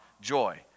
joy